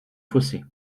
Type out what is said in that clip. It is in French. fossé